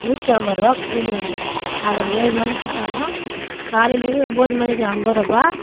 நூற்றி ஐம்பரூவா கூலி எங்களுக்கு காலையில் ஏழு மணிக்கு போனால் காலையிலருந்து ஒம்பது மணிக்கு ஐம்பரூபா